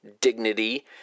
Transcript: dignity